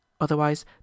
otherwise